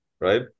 Right